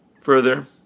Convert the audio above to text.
Further